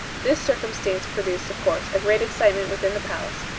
this circumstance produced, of course, a great excitement within the palace,